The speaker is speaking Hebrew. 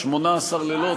18 לילות?